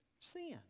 sin